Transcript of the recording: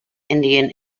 indian